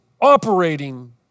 operating